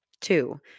Two